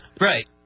Right